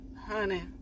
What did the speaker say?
honey